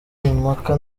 impaka